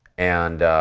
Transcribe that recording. and